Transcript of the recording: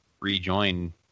rejoin